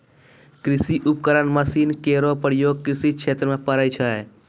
कृषि उपकरण मसीन केरो प्रयोग कृषि क्षेत्र म पड़ै छै